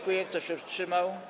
Kto się wstrzymał?